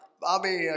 Bobby